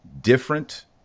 different